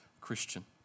Christian